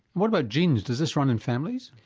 what about genes? does this run in families?